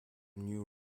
new